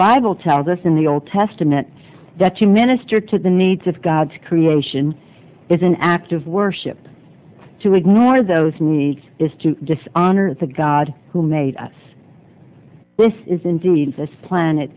bible tells us in the old testament that to minister to the needs of god's creation is an act of worship to ignore those needs is to dishonor the god who made us this is into us this planet